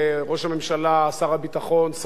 שרים בממשלת ישראל וחברי כנסת,